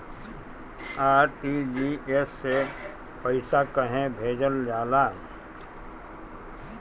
RTGS से पइसा कहे भेजल जाला?